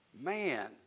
man